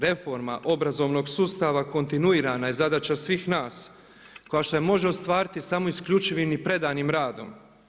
Reforma obrazovnog sustava kontinuirana je zadaća svih nas koja se može ostvariti samo isključivim i predanim radom.